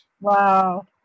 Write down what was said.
Wow